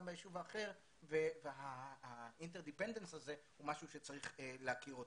ביישוב האחר והתלות ההדדית הזו היא משהו שצריך להכיר אותו.